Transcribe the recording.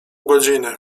godziny